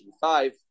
Five